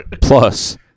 Plus